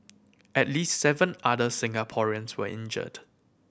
at least seven other Singaporeans were injured